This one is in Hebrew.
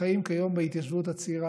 שחיים כיום בהתיישבות הצעירה,